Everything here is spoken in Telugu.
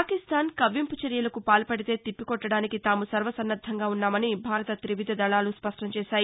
పాకిస్టాన్ కవ్వింపు చర్యలకు పాల్పడితే తిప్పికొట్టడానికి తాము సర్వసన్నద్దంగా ఉన్నామని భారత తివిధ దళాలు స్పష్టంచేశాయి